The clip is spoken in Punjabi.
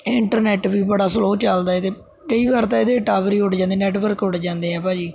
ਇੰਟਰਨੈੱਟ ਵੀ ਬੜਾ ਸਲੋਅ ਚੱਲਦਾ ਇਹਦੇ ਕਈ ਵਾਰ ਤਾਂ ਇਹਦੇ ਟਾਵਰ ਹੀ ਉੱਡ ਜਾਂਦੇ ਨੈਟਵਰਕ ਉੱਡ ਜਾਂਦੇ ਹੈ ਭਾਅ ਜੀ